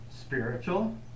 spiritual